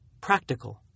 practical